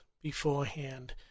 beforehand